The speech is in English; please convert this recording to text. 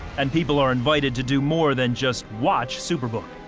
and people are invited to do more than just watch superbook.